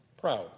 proud